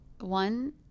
One